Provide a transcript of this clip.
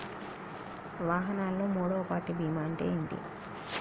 వాహనాల్లో మూడవ పార్టీ బీమా అంటే ఏంటి?